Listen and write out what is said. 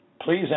please